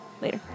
Later